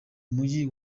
muji